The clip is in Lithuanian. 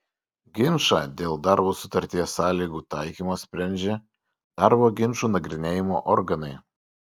ginčą dėl darbo sutarties sąlygų taikymo sprendžia darbo ginčų nagrinėjimo organai